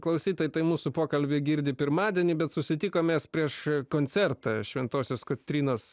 klausytojai tai mūsų pokalbį girdi pirmadienį bet susitikom mes prieš koncertą šventosios kotrynos